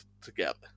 together